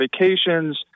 vacations